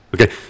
okay